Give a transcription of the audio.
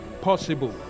possible